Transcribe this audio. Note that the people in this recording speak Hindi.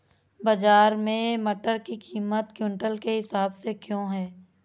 बाजार में मटर की कीमत क्विंटल के हिसाब से क्यो है?